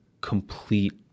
complete